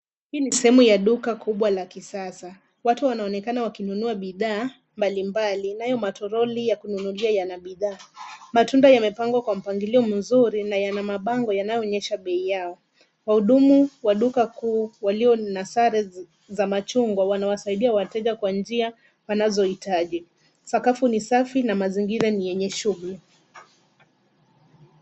Hii ni sehemu ya duka kubwa la kisasa. Watu wanaonekana wakinunua bidhaa mbalimbali nayo matoroli ya kununulia yana bidhaa. Matunda yamepangwa kwa mpangilio mzuri na yana mabango yayoonyesha bei yao. Wahudumu wa duka kuu walio na sare za machungwa wanawasidia wateja kwa njia wanazoitaji. Sakafu ni safi na mazingira ni yenye shughuli.